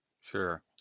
Sure